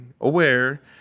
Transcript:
aware